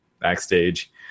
backstage